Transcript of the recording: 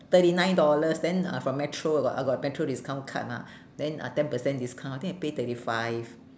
thirty nine dollars then uh from metro I got I got metro discount card mah then uh ten percent discount I think I paid thirty five